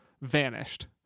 vanished